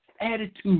attitude